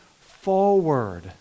forward